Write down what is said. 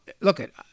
look